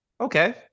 okay